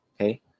okay